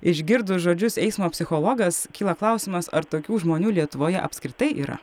išgirdus žodžius eismo psichologas kyla klausimas ar tokių žmonių lietuvoje apskritai yra